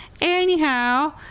Anyhow